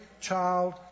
child